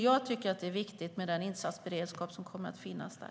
Jag tycker att det är viktigt med den insatsberedskap som kommer att finnas där.